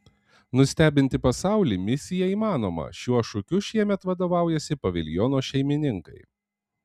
nustebinti pasaulį misija įmanoma šiuo šūkiu šiemet vadovaujasi paviljono šeimininkai